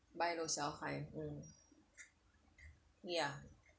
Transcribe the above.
buy low sell high mm ya